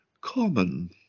common